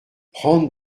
prendre